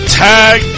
tag